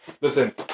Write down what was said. Listen